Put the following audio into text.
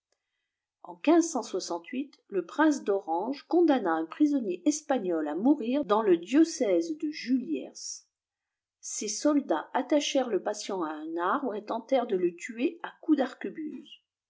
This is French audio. en le prince d'orange condamna un prisonnier espagnol à mourir dans le diocèse de juliers ses soldats attachèrent le patient à un arbre et tentèrent de le tuer â coups